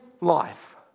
life